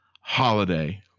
Holiday